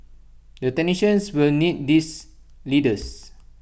the technicians will need these leaders